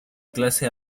clase